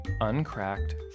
uncracked